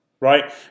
right